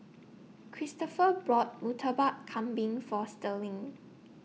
Kristopher brought Murtabak Kambing For Sterling